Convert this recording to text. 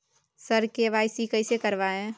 sir KYC कैसे करवाएं